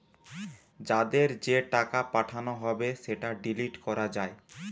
যাদের যে টাকা পাঠানো হবে সেটা ডিলিট করা যায়